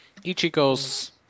Ichigo's